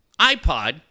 iPod